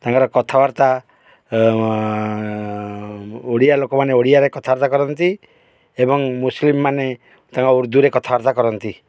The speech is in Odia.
ତାଙ୍କର କଥାବାର୍ତ୍ତା ଓଡ଼ିଆ ଲୋକମାନେ ଓଡ଼ିଆରେ କଥାବାର୍ତ୍ତା କରନ୍ତି ଏବଂ ମୁସଲିମ ମାନେ ତାଙ୍କ ଉର୍ଦ୍ଦୁରେ କଥାବାର୍ତ୍ତା କରନ୍ତି